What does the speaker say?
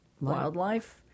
wildlife